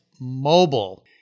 mobile